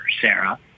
Sarah